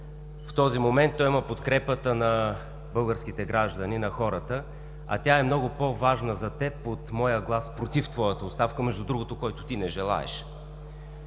В този момент той има подкрепата на българските граждани, на хората. А тя е много по-важна за теб от моя глас „против“ твоята оставка – между другото, който ти не желаеш.